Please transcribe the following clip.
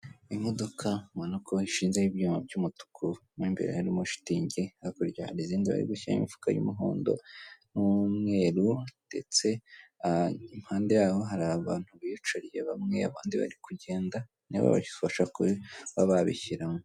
Imodoka ubonako ishinzeho ibyuma by'umutuku mo imbere harimo shitingi, hakurya hari izindi bari gushyiramo imifuka y'umuhondo n'umweru ndetse impande yaho hari abantu bicariye bamwe abandi bari kugenda nibo bafasha kuba babishyiramo.